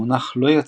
המונח "לא יציב"